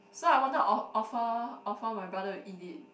so I wanted to of~ offer offer my brother to eat it